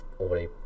already